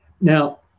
Now